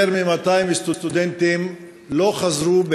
יותר מ-200 סטודנטים לא חזרו,